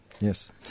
yes